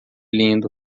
lindo